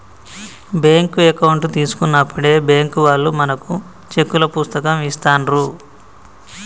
bank account తీసుకున్నప్పుడే bank వాళ్ళు మనకు చెక్కుల పుస్తకం ఇస్తాండ్రు